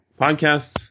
podcasts